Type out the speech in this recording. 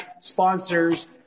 sponsors